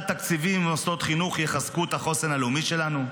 תקציבים ממוסדות חינוך יחזקו את החוסן הלאומי שלנו?